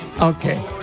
Okay